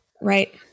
Right